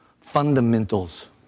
Fundamentals